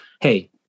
hey